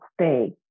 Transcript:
stay